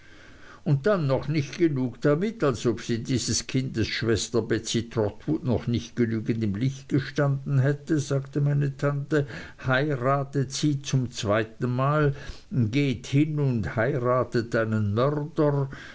und dann noch nicht genug damit und als ob sie dieses kindes schwester betsey trotwood noch nicht genügend im licht gestanden hätte sagte meine tante heiratet sie zum zweitenmal geht hin und heiratet einen mörder